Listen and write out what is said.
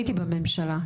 הייתי בממשלה,